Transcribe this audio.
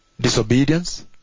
disobedience